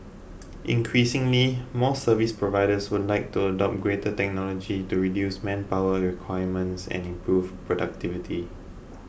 increasingly more service providers would like to adopt greater technology to reduce manpower requirement and improve productivity